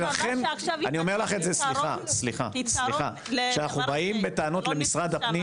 אני אומר לך את זה כשאנחנו באים בטענות למשרד הפנים,